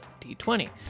D20